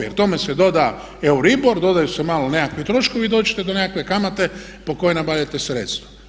Jer tome se doda euribor, dodaju se malo nekakvi troškovi i dođete do nekakve kamate po kojoj nabavljate sredstva.